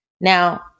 Now